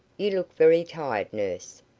you look very tired, nurse.